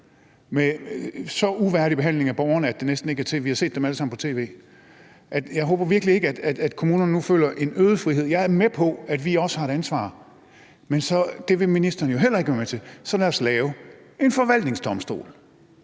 en så uværdig behandling af borgere, at det næsten ikke er til at tro. Vi har set dem alle sammen på tv. Jeg håber virkelig ikke, at kommunerne nu føler en øget frihed. Jeg er med på, at vi også har et ansvar, men det vil ministeren jo heller ikke være med til. Så lad os lave en forvaltningsdomstol,